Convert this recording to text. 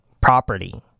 property